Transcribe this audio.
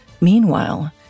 Meanwhile